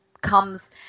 comes